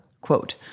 Quote